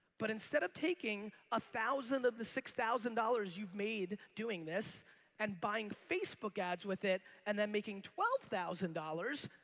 but instead of taking a thousand of the six thousand dollars you've made doing this and buying and facebook ads with it and then making twelve thousand dollars,